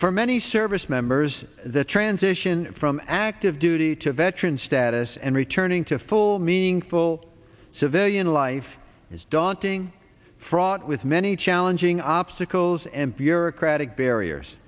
for many service members the transition from active duty to veteran status and returning to full meaningful civilian life is daunting fraught with many challenging obstacles and bureaucratic barriers